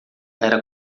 era